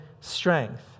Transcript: strength